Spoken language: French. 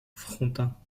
frontin